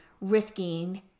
risking